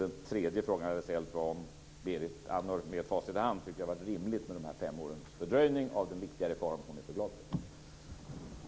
Den tredje frågan jag hade ställt var om Berit Andnor, med facit i hand, tyckte att det har varit rimligt med de fem årens fördröjning av den viktiga reform som hon är så glad för.